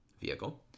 vehicle